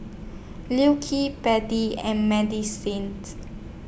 Liu Kee and medicines